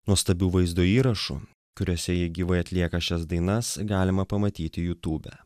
nuostabių vaizdo įrašų kuriuose ji gyvai atlieka šias dainas galima pamatyti jutube